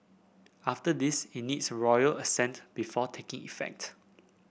after this it needs royal assent before taking effect